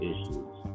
issues